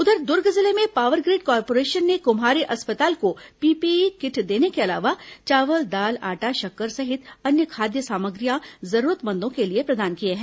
उधर दुर्ग जिले में पावर ग्रिड कॉर्पोरेशन ने कुम्हारी अस्पताल को पीपीई किट देने के अलावा चावल दाल आटा शक्कर सहित अन्य खाद्य सामग्रियां जरूरतमंदों के लिए प्रदान किए हैं